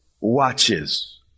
watches